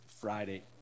Friday